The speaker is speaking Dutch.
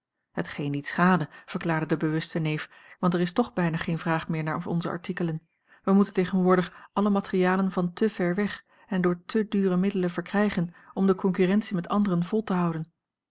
hetgeen niet schaadde verklaarde de bewuste neef want er is toch bijna geen vraag meer naar onze artikelen wij moeten tegenwoordig alle materialen van te ver weg en door te dure middelen verkrijgen om de concurrentie met anderen vol te houden